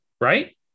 right